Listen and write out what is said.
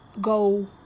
go